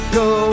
go